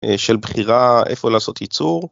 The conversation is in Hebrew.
של בחירה איפה לעשות ייצור.